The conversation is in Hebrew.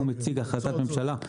הוא מציג החלטת ממשלה.